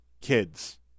kids